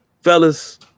Fellas